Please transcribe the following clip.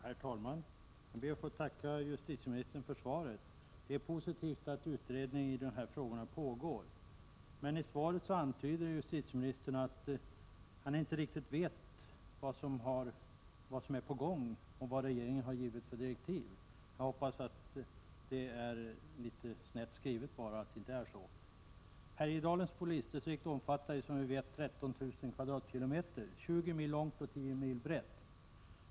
Herr talman! Jag ber att få tacka justitieministern för svaret. Det är positivt att utredning nu pågår i dessa frågor. I svaret antyder justitieministern emellertid att han inte riktigt vet vad som är på gång och vilka direktiv regeringen har givit. Jag hoppas att det inte är så, utan att det bara är litet oklart uttryckt. Härjedalens polisdistrikt omfattar en yta på 13 000 km? — 20 mil långt och 10 mil brett.